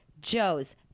Joe's